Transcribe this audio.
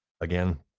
again